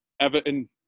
Everton